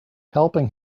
helping